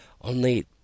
Only